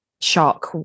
shock